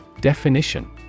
Definition